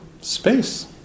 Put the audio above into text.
space